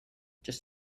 just